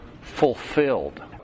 fulfilled